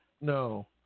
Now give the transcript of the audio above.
No